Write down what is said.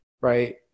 right